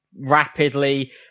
rapidly